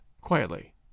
quietly